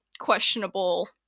questionable